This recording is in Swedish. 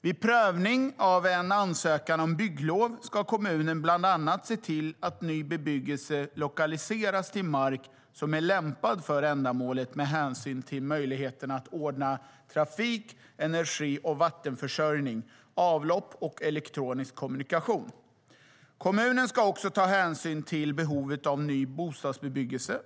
Vid prövning av en ansökan om bygglov ska kommunen bland annat se till att ny bebyggelse lokaliseras till mark som är lämpad för ändamålet med hänsyn till möjligheterna att ordna trafik, energi och vattenförsörjning, avlopp och elektronisk kommunikation. Kommunen ska också ta hänsyn till behovet av ny bostadsbebyggelse.